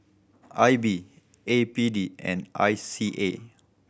I B A P D and I C A